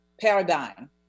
paradigm